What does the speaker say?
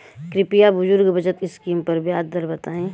कृपया बुजुर्ग बचत स्किम पर ब्याज दर बताई